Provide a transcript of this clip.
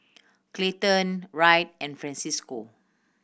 Clayton Wright and Francesco